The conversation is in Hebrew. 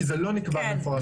כי זה לא נקבע במפורש בחוק.